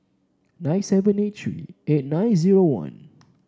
nine seven eight three eight nine zero one